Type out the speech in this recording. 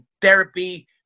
therapy